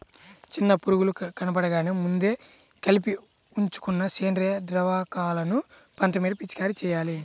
చిన్న పురుగులు కనబడగానే ముందే కలిపి ఉంచుకున్న సేంద్రియ ద్రావకాలను పంట మీద పిచికారీ చెయ్యాలి